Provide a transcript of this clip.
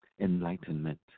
enlightenment